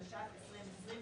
התש"ף 2020‏,